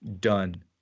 done